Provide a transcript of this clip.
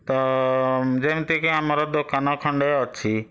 ତ ଯେମିତିକି ଆମର ଦୋକାନ ଖଣ୍ଡେ ଅଛି